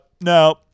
no